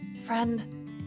friend